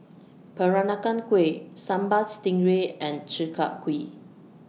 Peranakan Kueh Sambal Stingray and Chi Kak Kuih